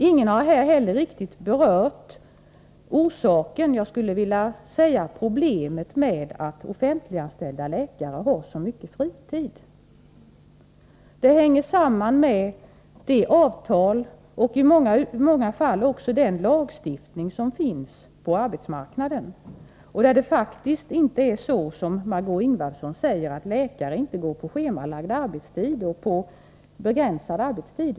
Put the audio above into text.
Ingen har heller riktigt berört orsaken, jag skulle vilja säga problemet med att offentliganställda läkare har så mycket fritid. Det hänger samman med det avtal och i många fall också den lagstiftning som finns på arbetsmarknaden. Det är faktiskt inte så som Marg6ö Ingvardsson säger att läkare inte går på schemalagd arbetstid och på begränsad arbetstid.